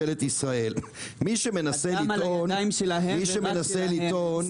מי שמנסה לטעון --- הדם על הידיים שלהם ורק שלהם.